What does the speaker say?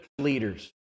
leaders